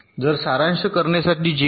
तर सारांश करण्यासाठी JTAG 1149